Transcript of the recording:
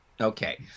okay